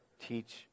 teach